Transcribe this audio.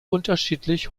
unterschiedlich